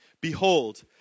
behold